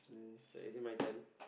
so is it my turn